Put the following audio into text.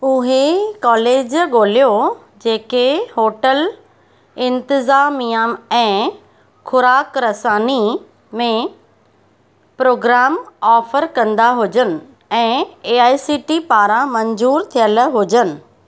उहे कॉलेज ॻोल्हियो जेके होटल इंतिज़ामिया ऐं ख़ुराक रसानी में प्रोग्राम ऑफ़र कंदा हुजनि ऐं ए आई सी टी पारां मंज़ूरु थियल हुजनि